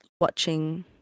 watching